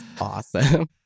awesome